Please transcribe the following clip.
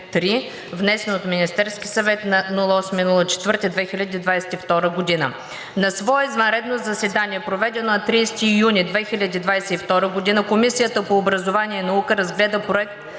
внесен от Министерския съвет на 8 април 2022 г. На свое извънредно заседание, проведено на 30 юни 2022 г., Комисията по образованието и науката разгледа Проект